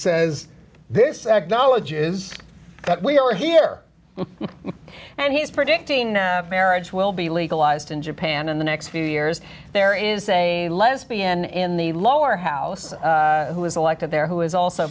says this acknowledges that we are here and he's predicting marriage will be legalized in japan in the next few years there is a lesbian in the lower house who is elected there who has also